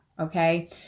okay